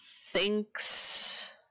thinks